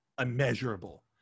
immeasurable